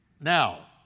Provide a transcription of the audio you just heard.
Now